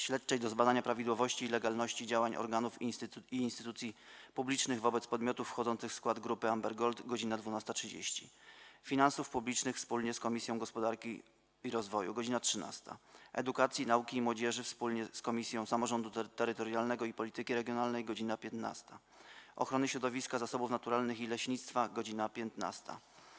Śledczej do zbadania prawidłowości i legalności działań organów i instytucji publicznych wobec podmiotów wchodzących w skład Grupy Amber Gold - godz. 12.30, - Finansów Publicznych wspólnie z Komisją Gospodarki i Rozwoju - godz. 13, - Edukacji, Nauki i Młodzieży wspólnie z Komisją Samorządu Terytorialnego i Polityki Regionalnej - godz. 15, - Ochrony Środowiska, Zasobów Naturalnych i Leśnictwa - godz. 15.